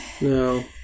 No